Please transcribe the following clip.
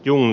jung